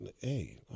hey